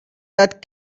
that